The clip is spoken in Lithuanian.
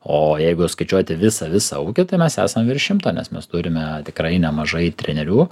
o jeigu skaičiuoti visą visą ūkį tai mes esam virš šimto nes mes turime tikrai nemažai trenerių